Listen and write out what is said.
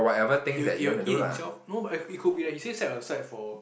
he will it will eat himself no but it could be that he say set aside for